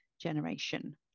generation